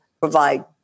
provide